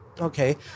okay